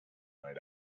night